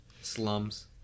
Slums